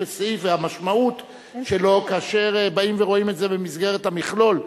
וסעיף והמשמעות שלו כאשר באים ורואים את זה במסגרת המכלול.